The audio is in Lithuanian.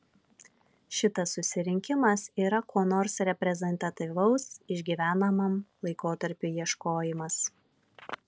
šitas susirinkimas yra ko nors reprezentatyvaus išgyvenamam laikotarpiui ieškojimas